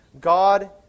God